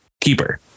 keeper